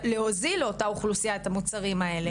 להוזיל לאותה אוכלוסייה את המוצרים האלה